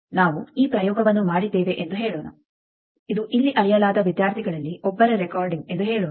ನಾವು ಈ ಪ್ರಯೋಗವನ್ನು ಮಾಡಿದ್ದೇವೆ ಎಂದು ಹೇಳೋಣ ಇದು ಇಲ್ಲಿ ಅಳೆಯಲಾದ ವಿದ್ಯಾರ್ಥಿಗಳಲ್ಲಿ ಒಬ್ಬರ ರೆಕಾರ್ಡಿಂಗ್ ಎಂದು ಹೇಳೋಣ